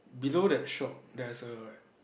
below that shop there's a